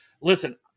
Listen